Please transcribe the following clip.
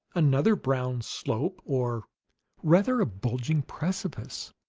another brown slope, or rather a bulging precipice,